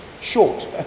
short